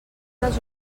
dels